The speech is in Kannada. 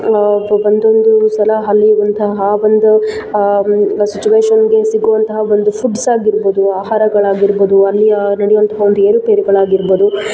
ಒಂದೊಂದು ಸಲ ಅಲ್ಲಿರುವಂತಹ ಆ ಒಂದು ಸಿಚುಯೇಷನ್ಗೆ ಸಿಗುವಂತಹ ಒಂದು ಫುಡ್ಸ್ ಆಗಿರ್ಬೋದು ಆಹಾರಗಳಾಗಿರ್ಬೋದು ಅಲ್ಲಿಯ ನಡೆಯುವಂತಹ ಒಂದು ಏರುಪೇರುಗಳಾಗಿರ್ಬೋದು